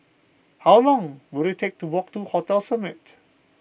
how long will it take to walk to Hotel Summit